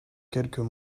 quelques